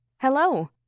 Hello